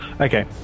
Okay